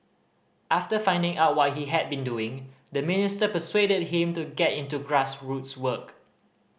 after finding out what he had been doing the minister persuaded him to get into grassroots work